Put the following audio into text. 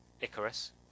Icarus